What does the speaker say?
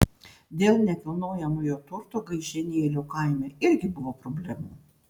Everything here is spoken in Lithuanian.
dėl nekilnojamojo turto gaižėnėlių kaime irgi buvo problemų